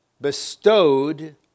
bestowed